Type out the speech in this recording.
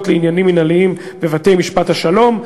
לעניינים מינהליים בבתי-משפט השלום,